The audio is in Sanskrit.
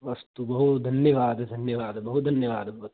अस्तु बहु धन्यवादः धन्यवादः बहु धन्यवादः भवतां